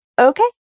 Okay